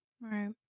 Right